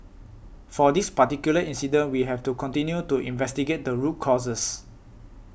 for this particular incident we have to continue to investigate the root causes